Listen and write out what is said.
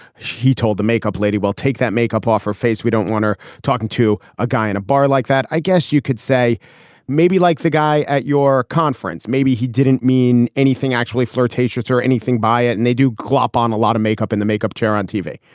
he told the makeup lady, well, take that makeup off her face. we don't want her talking to a guy in a bar like that. i guess you could say maybe like the guy at your conference. maybe he didn't mean anything actually flirtatious or anything by it. and they do glop on a lot of makeup in the makeup chair on tv.